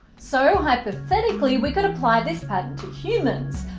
so, hypothetically, we could apply this pattern to humans.